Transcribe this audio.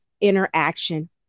interaction